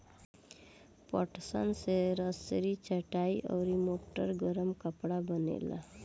पटसन से रसरी, चटाई आउर मोट गरम कपड़ा बनेला